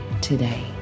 today